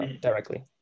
directly